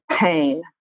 pain